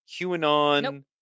QAnon